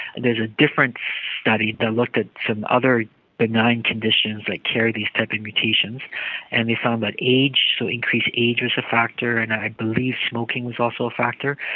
there's a different study that looked at some other benign conditions that carry these type of and mutations and they found that age so increased age was a factor, and i believe smoking was also a factor.